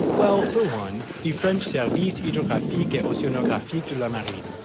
well, for one, the french service hydrographique et oceanographique de la marine.